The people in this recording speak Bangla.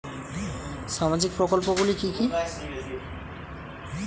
সামাজিক প্রকল্পগুলি কি কি?